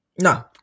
No